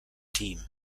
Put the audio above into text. team